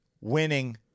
winning